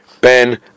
ben